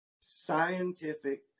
scientific